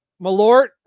Malort